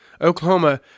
Oklahoma